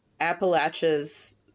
Appalachia's